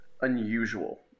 unusual